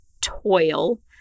toil